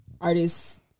artists